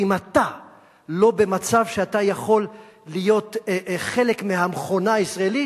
שאם אתה לא במצב שאתה יכול להיות חלק מהמכונה הישראלית,